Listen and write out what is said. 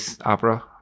opera